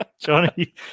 Johnny